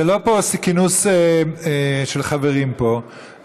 זה לא כינוס של חברים פה,